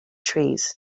trees